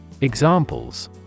Examples